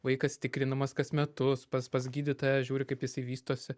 vaikas tikrinamas kas metus pas pas gydytoją žiūri kaip jisai vystosi